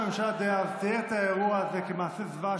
ציין את האירוע הזה "כמעשה זוועה,